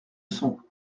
sont